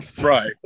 right